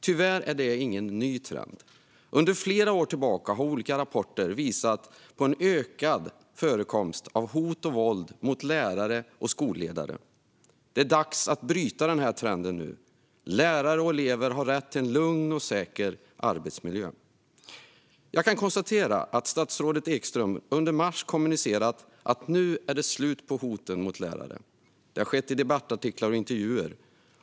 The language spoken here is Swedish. Tyvärr är det ingen ny trend. Under flera år har olika rapporter visat på en ökad förekomst av hot och våld mot lärare och skolledare. Det är dags att bryta trenden nu. Lärare och elever har rätt till en lugn och säker arbetsmiljö. Jag kan konstatera att statsrådet Ekström under mars kommunicerade att det nu är slut med hoten mot lärare. Detta skedde i debattartiklar och intervjuer.